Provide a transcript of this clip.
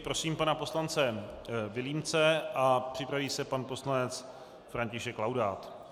Prosím pana poslance Vilímce a připraví se pan poslanec František Laudát.